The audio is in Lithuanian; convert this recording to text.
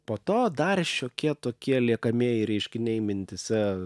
po to dar šiokie tokie liekamieji reiškiniai mintyse